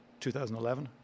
2011